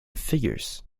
figures